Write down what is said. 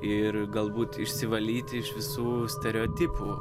ir galbūt išsivalyti iš visų stereotipų